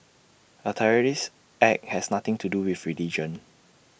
A terrorist act has nothing to do with religion